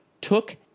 took